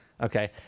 Okay